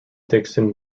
dickson